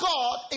God